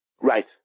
Right